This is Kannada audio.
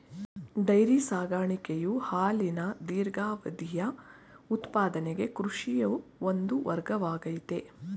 ಡೈರಿ ಸಾಕಾಣಿಕೆಯು ಹಾಲಿನ ದೀರ್ಘಾವಧಿಯ ಉತ್ಪಾದನೆಗೆ ಕೃಷಿಯ ಒಂದು ವರ್ಗವಾಗಯ್ತೆ